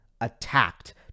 attacked